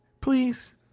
please